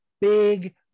big